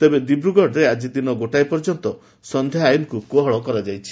ତେବେ ଦିବ୍ରଗଡ଼ରେ ଆଜି ଦିନ ଗୋଟାଏ ପର୍ଯ୍ୟନ୍ତ ସାନ୍ଧ୍ୟ ଆଇନକୁ କୋହଳ କରାଯାଇଛି